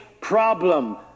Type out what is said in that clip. problem